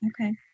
Okay